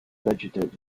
vegetated